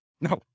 No